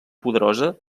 poderosa